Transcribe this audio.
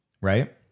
right